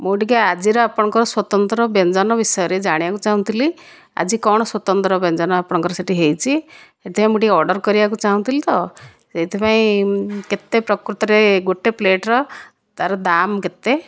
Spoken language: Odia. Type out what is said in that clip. ମୁଁ ଟିକେ ଆଜିର ଆପଣଙ୍କର ସ୍ୱତନ୍ତ୍ର ବ୍ୟଞ୍ଜନ ବିଷୟରେ ଜାଣିବାକୁ ଚାହୁଁଥିଲି ଆଜି କ'ଣ ସ୍ୱତନ୍ତ୍ର ବ୍ୟଞ୍ଜନ ଆପଣଙ୍କର ସେଠି ହୋଇଛି ସେଥିପାଇଁ ମୁଁ ଟିକେ ଅର୍ଡ଼ର କରିବାକୁ ଚାହୁଁଥିଲି ତ ସେଥିପାଇଁ କେତେ ପ୍ରକୃତରେ ଗୋଟିଏ ପ୍ଲେଟର ତା'ର ଦାମ କେତେ